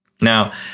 Now